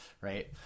right